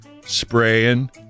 spraying